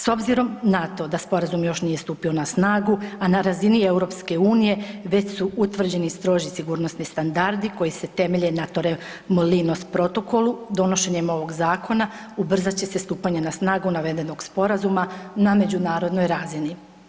S obzirom na to da sporazum još nije stupio na snagu a na razini EU već su utvrđeni stroži sigurnosni standardi koji se temelje na Torremolinos protokolu donošenjem ovog zakona ubrzat će se stupanje na snagu navedenog sporazuma na međunarodnoj razini.